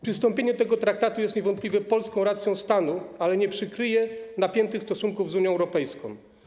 Przystąpienie do tego traktatu jest niewątpliwie polską racją stanu, ale nie przykryje napiętych stosunków z Unią Europejską.